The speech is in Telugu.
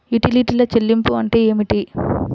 యుటిలిటీల చెల్లింపు అంటే ఏమిటి?